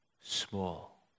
small